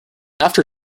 after